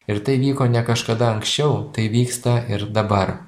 ir tai vyko ne kažkada anksčiau tai vyksta ir dabar